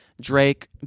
Drake